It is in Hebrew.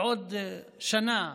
בעוד שנה,